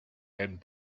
and